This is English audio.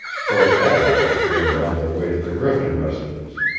for at that hour they were on their way to the griffin residence.